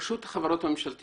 רשות החברות הממשלתיות.